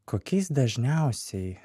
kokiais dažniausiai